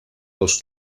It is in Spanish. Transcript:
los